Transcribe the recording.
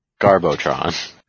Garbotron